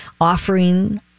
offering